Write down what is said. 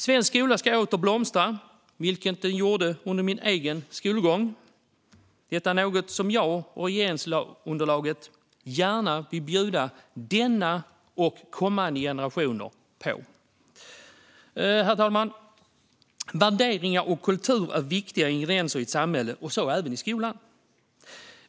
Svensk skola ska åter blomstra, vilket den gjorde under min egen skolgång. Det är något som jag och regeringsunderlaget gärna vill bjuda denna och kommande generationer på. Herr talman! Värderingar och kultur är viktiga ingredienser i ett samhälle, och så även i skolan.